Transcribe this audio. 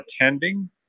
attending